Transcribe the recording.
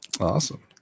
awesome